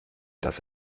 dass